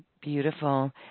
Beautiful